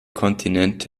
kontinent